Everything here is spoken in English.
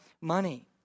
money